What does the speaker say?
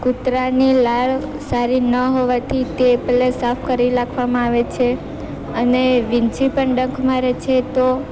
કૂતરાની લાળ સારી ના હોવાથી તે પહેલાં સાફ કરી નાખવામાં આવે છે અને વીંછી પણ ડંખ મારે છે તો